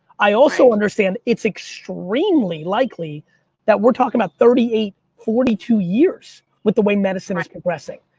i also understand it's extremely likely that we're talking about thirty eight, forty two years with the way medicine is progressing.